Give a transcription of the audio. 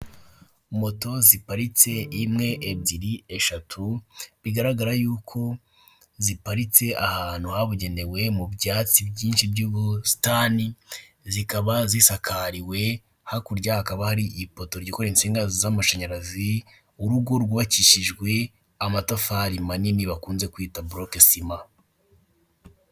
Moto ziparike imwe, ebyiri, eshatu bigaragara yuko ziparitse ahantu habugenewe mu byatsi byinshi by'ubusitani zikaba zisakariwe hakurya hakaba hari ipoto ryikoresha insinga z'amashanyarazi urugo rbakishijwe amatafari manini bakunze kwita burokesima.